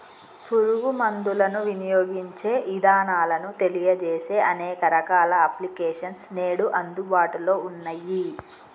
పురుగు మందులను వినియోగించే ఇదానాలను తెలియజేసే అనేక రకాల అప్లికేషన్స్ నేడు అందుబాటులో ఉన్నయ్యి